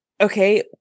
okay